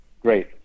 Great